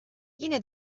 yine